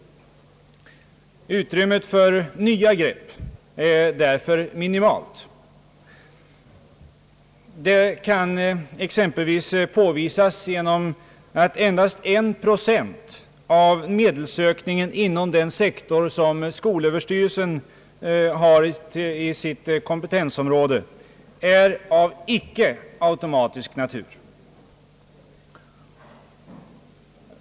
Utrymmet för nya grepp är därför minimalt. Det kan exempelvis påvisas att endast en procent av medelsökningen inom den sektor som tillhör skolöverstyrelsens kompetensområde är av icke automatisk natur.